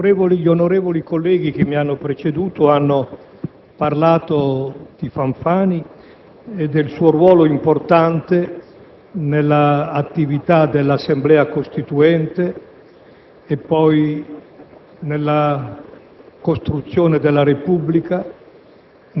gli onorevoli colleghi che mi hanno preceduto hanno parlato di Fanfani e del suo ruolo importante, prima nell'attività dell'Assemblea Costituente